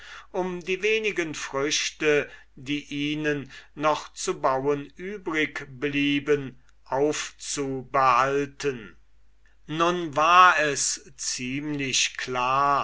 um die wenigen früchte die ihnen noch zu bauen übrig blieben aufzubehalten nun war es zwar ziemlich klar